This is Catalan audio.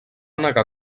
negar